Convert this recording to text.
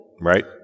Right